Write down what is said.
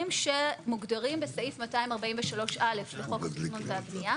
שמוגדרים בסעיף 243(א) לחוק התכנון והבנייה.